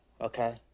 okay